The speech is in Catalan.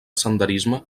senderisme